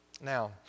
Now